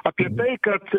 apie tai kad